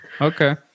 Okay